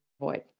avoid